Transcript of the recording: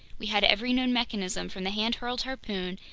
we had every known mechanism, from the hand-hurled harpoon,